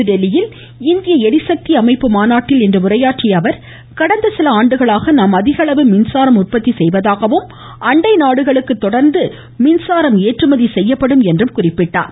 புதுதில்லியில் இன்று இந்திய ளிசக்தி அமைப்பு மாநாட்டில் உரையாற்றிய அவர் கடந்த சில ஆண்டுகளாக நாம் அதிகளவு மின்சாரம் உற்பத்தி செய்வதாகவும் அண்டை நாடுகளுக்கு தொடர்ந்து மின்சாரம் ஏற்றுமதி செய்யப்படும் என்றும் குறிப்பிட்டார்